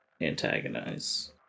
antagonize